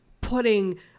putting